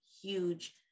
huge